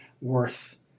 worth